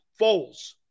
Foles